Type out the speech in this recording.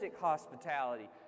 hospitality